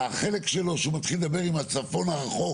החלק שלו שהוא מתחיל לדבר עם הצפון הרחוק